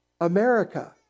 America